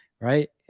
Right